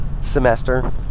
semester